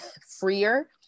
freer